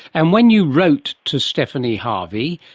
and when you wrote to stephanie harvey,